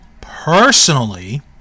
personally